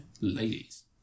Ladies